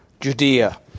Judea